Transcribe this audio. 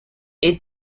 est